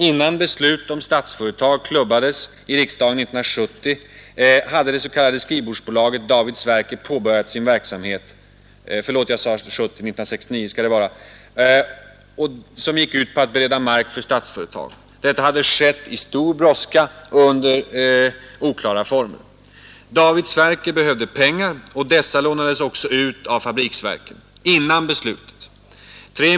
Innan beslutet LL — om Statsföretag klubbades i riksdagen 1969 hade det s.k. skrivbordsbola Granskning av get David Sverker påbörjat sin verksamhet — som gick ut på att bereda statsrådens ; mark för Statsföretag — i stor brådska och under oklara former. David ämbetsutövning Sverker behövde pengar och dessa lånades också ut av fabriksverken. 3 Mi.